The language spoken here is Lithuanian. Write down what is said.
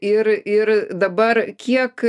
ir ir dabar kiek